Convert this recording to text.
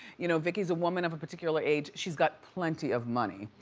you know vicki's a woman of a particular age, she's got plenty of money.